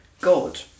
God